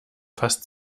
fast